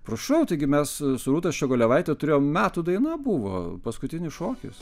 prašau taigi mes su rūta ščiogolevaite turėjom metų daina buvo paskutinis šokis